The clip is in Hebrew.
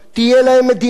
תהיה להם מדינה.